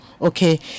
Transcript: Okay